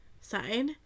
side